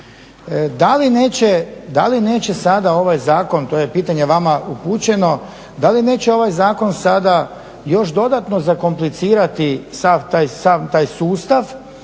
Da li neće sada ovaj zakon, to je pitanje vama upućeno, da li neće ovaj zakon sada još dodatno zakomplicirati sav taj sustav